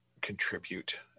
contribute